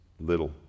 Little